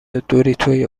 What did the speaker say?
دوریتوی